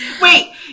Wait